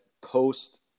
post